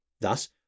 Thus